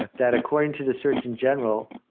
ah that according to the surgeon general,